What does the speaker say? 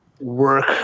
work